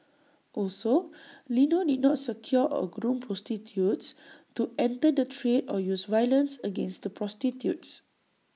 also Lino did not secure or groom prostitutes to enter the trade or use violence against the prostitutes